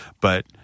but-